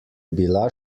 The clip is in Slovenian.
bila